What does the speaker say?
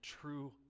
true